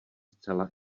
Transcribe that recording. zcela